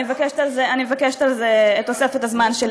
אני מבקשת על זה את תוספת הזמן שלי.